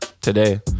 today